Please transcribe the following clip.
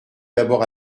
d’abord